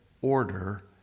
order